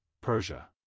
Persia